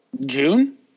June